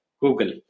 Google